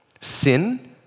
Sin